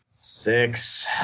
six